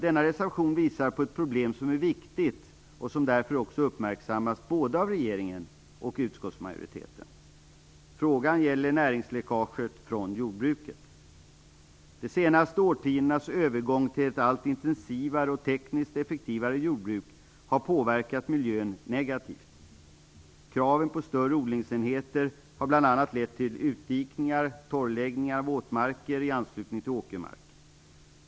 Denna reservation visar på ett problem som är viktigt och som därför också uppmärksammas av både regeringen och utskottsmajoriteten. Frågan gäller näringsläckaget från jordbruket. De senaste årtiondenas övergång till ett allt intensivare och tekniskt effektivare jordbruk har påverkat miljön negativt. Kraven på större odlingsenheter har bl.a. lett till utdikningar och torrläggningar av våtmarker i anslutning till åkermark.